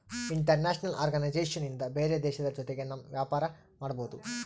international organisation ಇಂದ ಬೇರೆ ದೇಶದ ಜೊತೆಗೆ ನಮ್ ವ್ಯಾಪಾರ ಮಾಡ್ಬೋದು